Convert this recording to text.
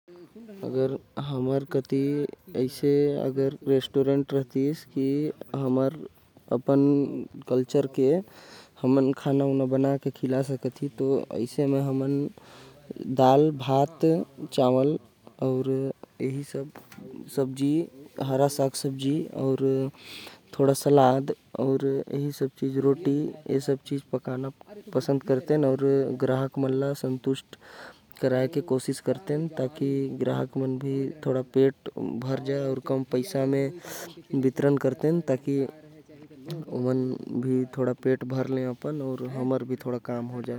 अगर मोर कति मोर खुद के एक ठो रेस्टोरेंट होतिस तो में दाल भात। साग सब्जी रोटी सलाद अउ हर सब्जी पकातेन फिर सबला ख़िलातेन। आये वाला मन ल ख़िलातें अउ पैसा भी कम लेतेन।